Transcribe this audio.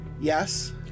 yes